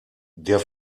der